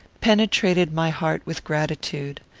penetrated my heart with gratitude.